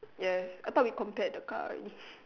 ya I thought we compared the car already